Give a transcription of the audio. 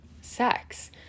sex